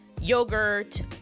yogurt